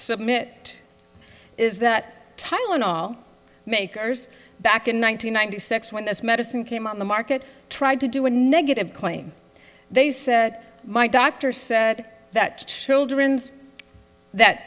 submit is that tylenol makers back in one thousand nine hundred six when this medicine came on the market tried to do a negative claim they said my doctor said that children's that